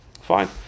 Fine